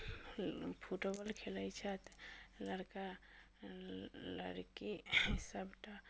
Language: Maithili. फुटबॉल खेलैत छथि लड़का लड़की सभटा